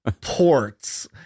ports